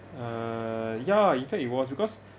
uh ya in fact it was because